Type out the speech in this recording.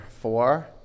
Four